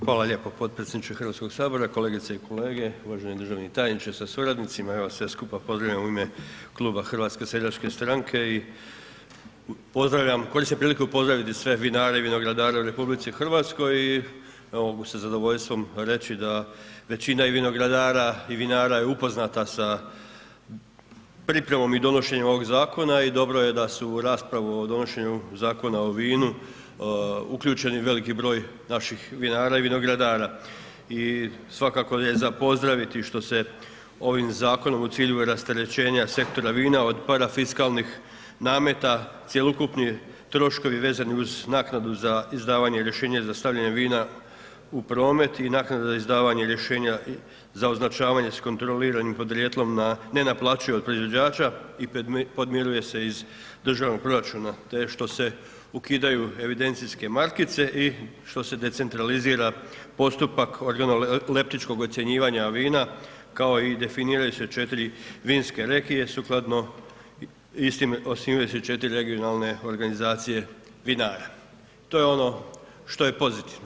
Hvala lijepo potpredsjedniče HS, kolegice i kolege, uvaženi državni tajniče sa suradnicima, evo sve skupa pozdravljam u ime Kluba HSS-a i pozdravljam, koristim priliku pozdraviti sve vinare i vinogradare u RH i evo, mogu sa zadovoljstvom reći da većina i vinogradara i vinara je upoznata sa pripremom i donošenjem ovog zakona i dobro je da su u raspravu o donošenju Zakona o vinu uključeni veliki broj naših vinara i vinogradara i svakako je za pozdraviti što se ovim zakonom u cilju rasterećenja sektora vina od parafiskalnih nameta cijelo ukupni troškovi vezani uz naknadu za izdavanje rješenja za stavljanje vina u promet i naknada za izdavanje rješenja za označavanje s kontroliranim podrijetlom, ne naplaćuju od proizvođača i podmiruje se iz državnog proračuna, te što se ukidaju evidencijske markice i što se decentralizira postupak organoleptičkog ocjenjivanja vina, kao i definirajuće 4 vinske rekije sukladno istim osnivaju se 4 regionalne organizacije vinara, to je ono što je pozitivno.